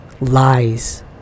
lies